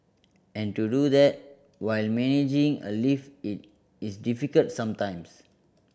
and to do that while managing a lift is difficult sometimes